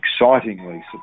excitingly